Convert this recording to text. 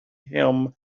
him